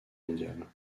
mondiale